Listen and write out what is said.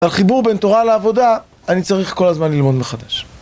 על חיבור בין תורה לעבודה, אני צריך כל הזמן ללמוד מחדש.